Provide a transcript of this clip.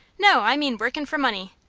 no, i mean workin' for money.